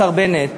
השר בנט.